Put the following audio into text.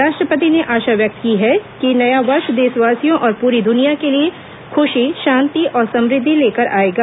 राष्ट्रपति ने आशा व्यक्त की है कि नया वर्ष देशवासियों और पूरी दुनिया के लिए खुशी शांति और समृद्धि लेकर आयेगा